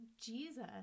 Jesus